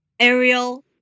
Ariel